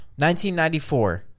1994